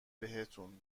بهتون